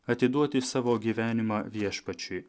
atiduoti savo gyvenimą viešpačiui